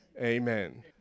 Amen